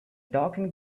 talking